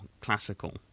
classical